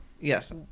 yes